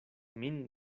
min